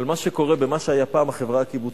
על מה שקורה במה שהיה פעם החברה הקיבוצית.